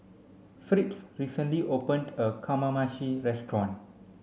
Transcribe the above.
Fritz recently opened a Kamameshi restaurant